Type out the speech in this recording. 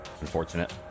Unfortunate